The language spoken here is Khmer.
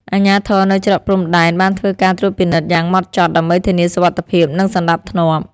អាជ្ញាធរនៅច្រកព្រំដែនបានធ្វើការត្រួតពិនិត្យយ៉ាងហ្មត់ចត់ដើម្បីធានាសុវត្ថិភាពនិងសណ្តាប់ធ្នាប់។